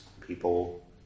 people